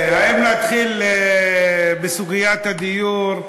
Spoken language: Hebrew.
אם נתחיל בסוגיית הדיור,